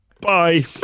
bye